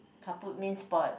kaput means spoiled